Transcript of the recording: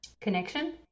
connection